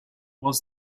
was